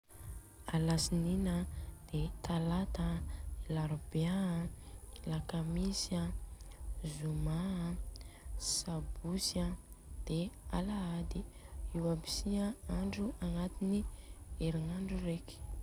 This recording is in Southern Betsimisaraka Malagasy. Alatsinina an, de talata an, larobia an, lakamisy an, zoma an, sabotsy de alahady. Io aby si an andro agnatiny erignandro reka.